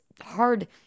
hard